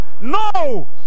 No